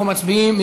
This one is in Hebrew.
אנחנו מצביעים.